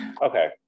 okay